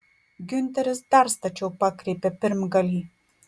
giunteris dar stačiau pakreipė pirmgalį